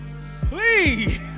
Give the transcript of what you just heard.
please